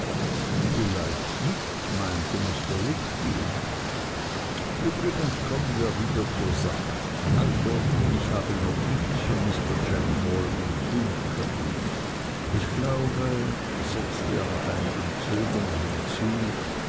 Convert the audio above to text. vielleicht nicht meinte mr wickfield übrigens kommen wir wieder zur sache also ich habe noch nichts für mr jack maldon tun können ich glaube setzte er nach einigem zögern hinzu